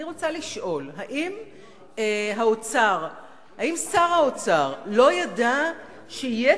אני רוצה לשאול: האם שר האוצר לא ידע שיהיה